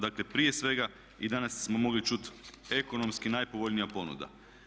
Dakle, prije svega i danas smo mogli čuti ekonomski najpovoljnija ponuda.